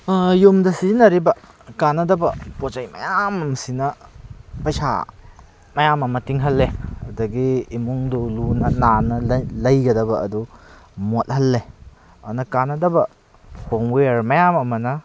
ꯌꯨꯝꯗ ꯁꯤꯖꯟꯅꯔꯤꯕ ꯀꯥꯟꯅꯗꯕ ꯄꯣꯠꯆꯩ ꯃꯌꯥꯝꯁꯤꯅ ꯄꯩꯁꯥ ꯃꯌꯥꯝ ꯑꯃ ꯇꯤꯡꯍꯜꯂꯦ ꯑꯗꯒꯤ ꯏꯃꯨꯡꯗꯣ ꯂꯨꯅ ꯅꯥꯟꯅ ꯂꯩꯒꯗꯕ ꯑꯗꯣ ꯃꯣꯠꯍꯜꯂꯦ ꯑꯗꯨꯅ ꯀꯥꯟꯅꯗꯕ ꯍꯣꯝꯋꯦꯌꯔ ꯃꯌꯥꯝ ꯑꯃꯅ